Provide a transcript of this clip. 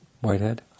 Whitehead